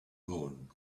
moon